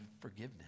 forgiveness